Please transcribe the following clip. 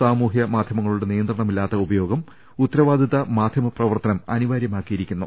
സാമൂഹൃ മാധൃമങ്ങളുടെ നിയന്ത്രണമില്ലാത്ത ഉപയോഗം ഉത്ത രവാദിത്ത മാധൃമ പ്രവർത്തനം അനിവാരൃമാക്കിയിരിക്കുന്നു